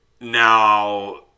Now